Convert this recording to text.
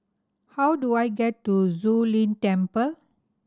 how do I get to Zu Lin Temple